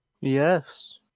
Yes